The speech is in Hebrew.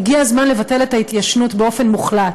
הגיע הזמן לבטל את ההתיישנות באופן מוחלט.